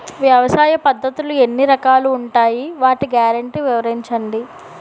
వ్యవసాయ పద్ధతులు ఎన్ని రకాలు ఉంటాయి? వాటి గ్యారంటీ వివరించండి?